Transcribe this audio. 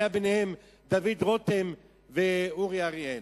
היו ביניהם דוד רותם ואורי אריאל.